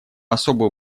особую